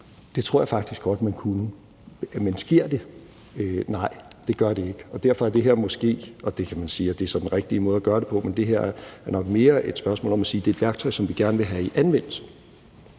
Det tror jeg faktisk godt man kunne. Men sker det? Nej, det gør det ikke, og derfor er det her måske – man kan spørge, om det så er den rigtige måde at gøre det på – mere et spørgsmål om at sige, at det er et værktøj, som vi gerne vil have i anvendelse.